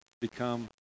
become